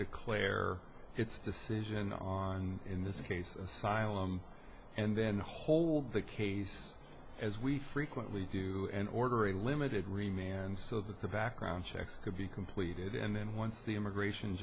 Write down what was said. declare its decision on in this case asylum and then hold the case as we frequently do and order a limited remain so that the background checks could be completed and then once the immigration